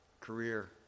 career